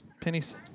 pennies